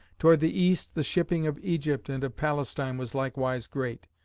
toward the east the shipping of egypt and of palestine was likewise great.